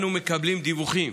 אנו מקבלים דיווחים